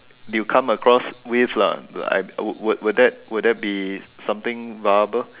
you come across with lah like would would would that would that be something viable